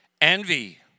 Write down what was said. Envy